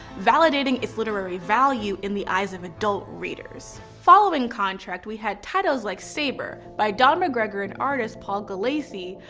validating it's literary value in the eyes of adult readers. following contract we had titles like sabre by don mcgregor and artist paul gulacy,